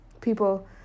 people